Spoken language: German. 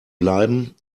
bleiben